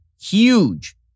huge